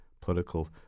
political